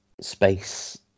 space